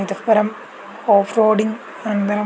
इतः परं off roading अनन्तरं